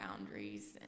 boundaries